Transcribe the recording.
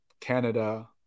Canada